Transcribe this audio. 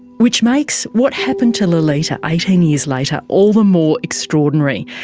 which makes what happened to lolita eighteen years later all the more extraordinary.